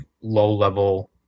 low-level